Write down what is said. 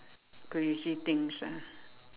crazy things ah